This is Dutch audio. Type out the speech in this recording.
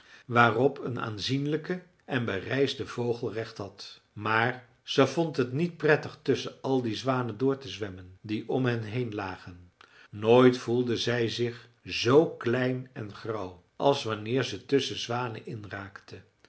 waarop een aanzienlijke en bereisde vogel recht had maar ze vond het niet prettig tusschen al die zwanen door te zwemmen die om hen heen lagen nooit voelde zij zich zoo klein en grauw als wanneer ze tusschen zwanen in raakte